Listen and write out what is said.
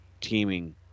teaming